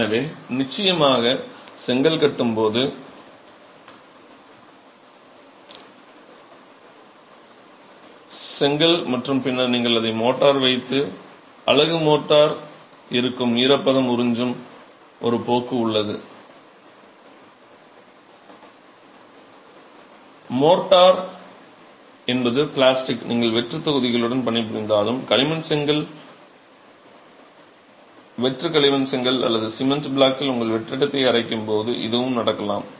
எனவே நிச்சயமாக நீங்கள் செங்கல் கட்டும் போது செங்கல் மற்றும் பின்னர் நீங்கள் அதை மோர்ட்டார் வைத்து அலகு மோர்ட்டார் இருந்து ஈரப்பதம் உறிஞ்சும் ஒரு போக்கு உள்ளது மோர்ட்டார் என்பது பிளாஸ்டிக் நீங்கள் வெற்றுத் தொகுதிகளுடன் பணிபுரிந்தாலும் களிமண் செங்கல் வெற்று களிமண் செங்கல் அல்லது சிமென்ட் பிளாக்கில் உள்ள வெற்றிடத்தை அரைக்கும் போது இதுவும் நடக்கலாம்